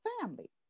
family